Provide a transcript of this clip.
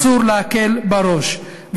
אסור להקל בו ראש.